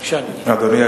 בבקשה, אדוני.